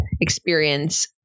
experience